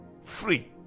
Free